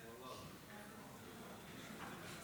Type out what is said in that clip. תודה רבה, אדוני היושב